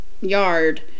yard